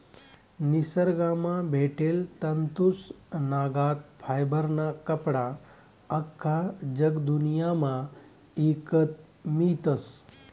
निसरगंमा भेटेल तंतूसनागत फायबरना कपडा आख्खा जगदुन्यामा ईकत मियतस